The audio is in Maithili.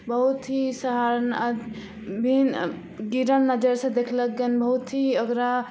बहुत ही साधारण भिन्न गिरल नजरिसँ देखलक बहुत केहन बहुत ही ओकरा